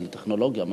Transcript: המדע והטכנולוגיה?